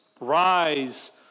rise